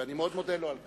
ואני מאוד מודה לו על כך.